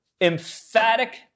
Emphatic